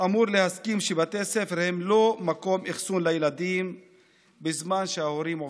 אמור להסכים שבתי הספר הם לא מקום אחסון לילדים בזמן שההורים עובדים.